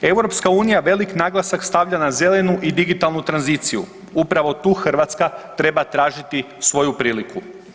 EU velik naglasak stavlja na zelenu i digitalnu tranziciju, upravo tu Hrvatska treba tražiti svoju priliku.